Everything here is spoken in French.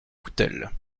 coutel